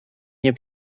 nie